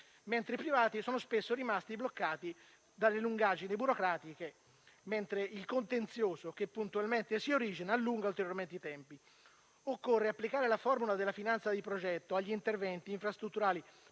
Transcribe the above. mentre i privati sono spesso rimasti bloccati dalle lungaggini burocratiche, e il contenzioso, che puntualmente si origina, allunga ulteriormente i tempi. Occorre applicare la formula della finanza di progetto agli interventi infrastrutturali